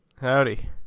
Howdy